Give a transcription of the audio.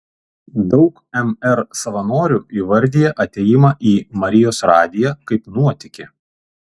daug mr savanorių įvardija atėjimą į marijos radiją kaip nuotykį